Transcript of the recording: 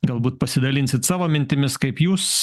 galbūt pasidalinsit savo mintimis kaip jūs